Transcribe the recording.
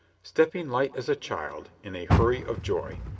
stepping light as a child in a hurry of joy,